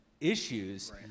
issues